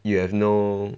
you have no